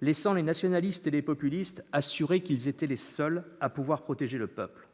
laissant les nationalistes et les populistes assurer qu'ils étaient les seuls à pouvoir protéger le peuple.